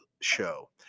show